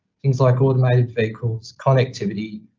things like automated vehicles, connectivity,